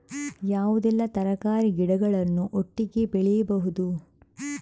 ಯಾವುದೆಲ್ಲ ತರಕಾರಿ ಗಿಡಗಳನ್ನು ಒಟ್ಟಿಗೆ ಬೆಳಿಬಹುದು?